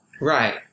Right